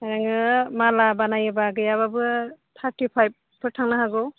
नोङो माला बानायोबा गैयाबाबो थारटिफाइभफोर थांनो हागौ